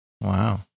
Wow